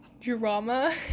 drama